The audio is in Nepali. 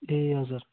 ए हजुर